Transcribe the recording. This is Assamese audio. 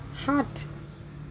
সাত